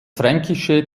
fränkische